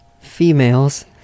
females